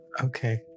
Okay